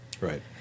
Right